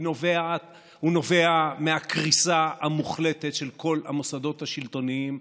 הוא נובע מהקריסה המוחלטת של כל המוסדות השלטוניים,